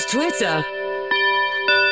Twitter